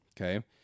Okay